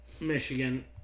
Michigan